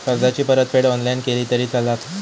कर्जाची परतफेड ऑनलाइन केली तरी चलता मा?